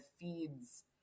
feeds